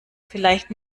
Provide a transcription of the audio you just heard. vielleicht